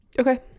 okay